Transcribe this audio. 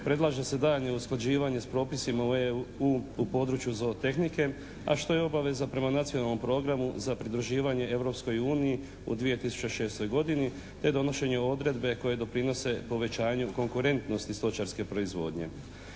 predlaže se daljnje usklađivanje s propisima o EU u području zo tehnike, a što je obaveza prema Nacionalnom programu za pridruživanje Europskoj uniji u 2006. godini te donošenje odredbe koje doprinose povećanju konkurentnosti stočarske proizvodnje.